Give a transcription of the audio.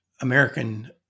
American